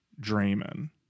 Draymond